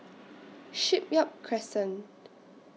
Shipyard Crescent